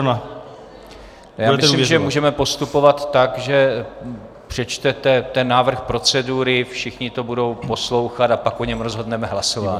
Já myslím, že můžeme postupovat tak, že přečtete ten návrh procedury, všichni to budou poslouchat, a pak o něm rozhodneme hlasováním.